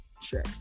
sure